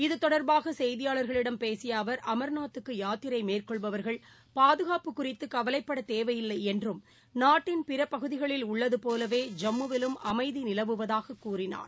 இது தொடர்பாகசெய்தியாளர்களிடம் பேசியஅவர் அமா்நாத்துக்குயாத்திரைமேற்கொள்பவர்கள் பாதுகாப்பு குறித்துகவலைப்படதேவையில்லைஎன்றும் நாட்டின் பிறபகுதிகளில் உள்ளதபோலவே ஐம்முவிலும் அமைதிநிலவுவதாகக் கூறினார்